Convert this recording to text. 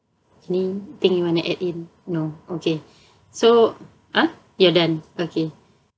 anything you wanna add in no okay so ah you're done okay